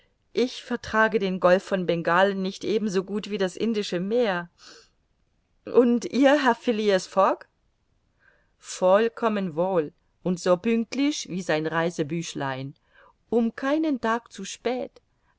ich vertrage den golf von bengalen nicht ebenso gut wie das indische meer und ihr herr phileas fogg vollkommen wohl und so pünktlich wie sein reisebüchlein um keinen tag zu spät